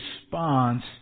response